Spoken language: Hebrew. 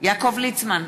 יעקב ליצמן,